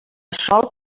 sòl